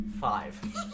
Five